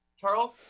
Charles